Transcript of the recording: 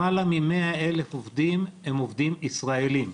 למעלה מ-100,000 עובדים הם עובדים ישראלים.